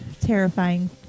terrifying